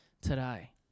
today